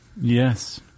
Yes